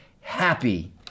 happy